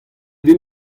din